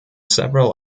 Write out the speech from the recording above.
several